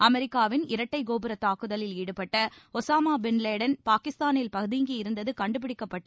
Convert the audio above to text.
அமெரிக்காவின் இரட்டை கோபுர தாக்குதலில் ஈடுபட்ட ஒசாமா பின் வேடன் பாகிஸ்தானில் பதங்கியிருந்தது கண்டுபிடிக்கப்பட்டு